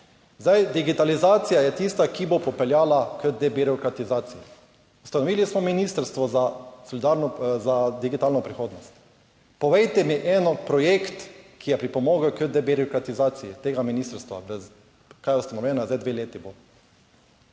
Zdaj, digitalizacija je tista, ki bo popeljala k debirokratizaciji. Ustanovili smo Ministrstvo za solidarnost…, za digitalno prihodnost. Povejte mi eno projekt, ki je pripomogel k debirokratizaciji tega ministrstva, kaj je ustanovljena zdaj, dve leti bo,